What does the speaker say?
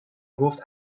گفت